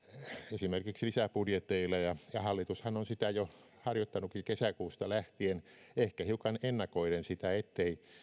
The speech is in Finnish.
esimerkiksi lisäbudjeteilla hallitushan on sitä jo harjoittanutkin kesäkuusta lähtien ehkä hiukan ennakoiden sitä